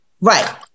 right